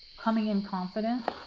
coming in confident.